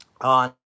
on